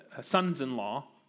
sons-in-law